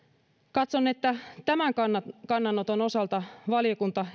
katson että erityisesti tämän kannanoton kannanoton osalta valiokunta